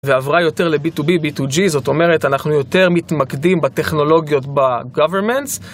ועברה יותר ל-B2B, B2G, זאת אומרת, אנחנו יותר מתמקדים בטכנולוגיות government